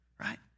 Right